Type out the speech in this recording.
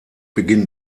beginn